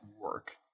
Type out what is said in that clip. work